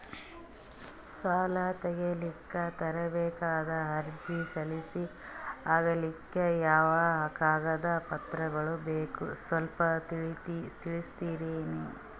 ಸಾಲ ತೆಗಿಲಿಕ್ಕ ತರಬೇಕಾದ ಅರ್ಜಿ ಸಲೀಸ್ ಆಗ್ಲಿಕ್ಕಿ ಯಾವ ಕಾಗದ ಪತ್ರಗಳು ಬೇಕು ಸ್ವಲ್ಪ ತಿಳಿಸತಿರೆನ್ರಿ?